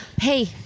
Hey